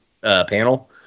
panel